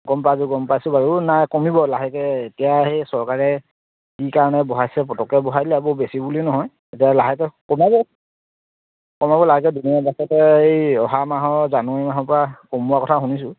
গম পাইছোঁ গম পাইছোঁ বাৰু নাই কমিব লাহেকৈ এতিয়া সেই চৰকাৰে কি কাৰণে বঢ়াইছে পটককৈ বঢ়াই দিলে বৰ বেছি বুলি নহয় এতিয়া লাহেকৈ কমাব কমাব লাহেকৈ দুুদিনমান পাছতে এই অহা মাহৰ জানুৱাৰী মাহৰপৰা কমোৱা কথা শুনিছোঁ